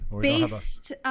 Based